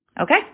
okay